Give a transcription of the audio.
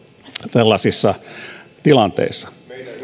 tällaisissa tilanteissa